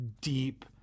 deep